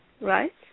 right